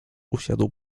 usiadł